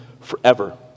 forever